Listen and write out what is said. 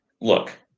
Look